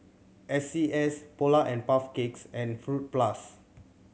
S C S Polar and Puff Cakes and Fruit Plus